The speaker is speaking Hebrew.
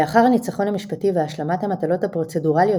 לאחר הניצחון המשפטי והשלמת המטלות הפרוצדורליות